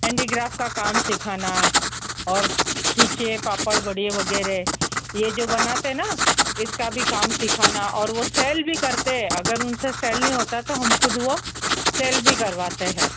handicraft का काम सिखाना और पापड़ बड़ी वगैरह ये जो बनाते हैं न इसका भी काम सीखाना और वो सेल भी करते हैं अगर उनसे सेल नहीं होता तो हम ख़ुद वो सेल भी करवाते हैं